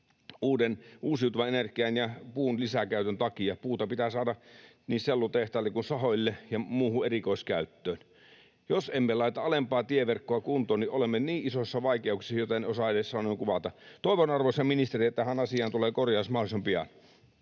uuden uusiutuvan energian ja puun lisäkäytön takia. Puuta pitää saada niin sellutehtaille kuin sahoille ja muuhun erikoiskäyttöön. Jos emme laita alempaa tieverkkoa kuntoon, niin olemme niin isoissa vaikeuksissa, etten osaa niitä edes sanoin kuvata. Toivon, arvoisa ministeri, että tähän asiaan tulee korjaus mahdollisimman